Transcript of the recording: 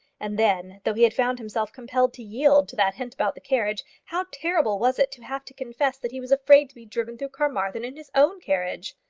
and then, though he had found himself compelled to yield to that hint about the carriage, how terrible was it to have to confess that he was afraid to be driven through carmarthen in his own carriage!